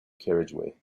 carriageway